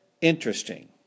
Interesting